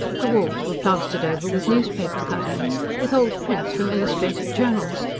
the walls were plastered over with newspaper-cuttings, with old prints from illustrated journals,